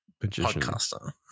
podcaster